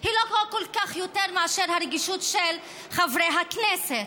היא לא כל כך יותר מאשר הרגישות של חברי הכנסת.